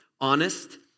honest